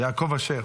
יעקב אשר,